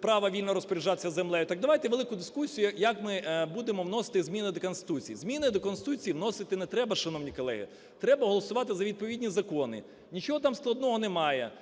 право вільно розпоряджатися землею, так давайте велику дискусію, як ми будемо вносити зміни до Конституції. Зміни до Конституції вносити не треба, шановні колеги, треба голосувати за відповідні закони. Нічого там складного немає.